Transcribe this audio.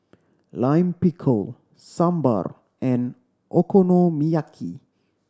Lime Pickle Sambar and Okonomiyaki